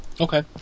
Okay